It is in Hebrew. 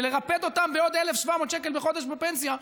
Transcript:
ולרפד אותם בעוד 1,700 שקל בחודש בפנסיה,